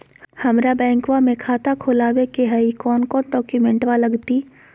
हमरा बैंकवा मे खाता खोलाबे के हई कौन कौन डॉक्यूमेंटवा लगती?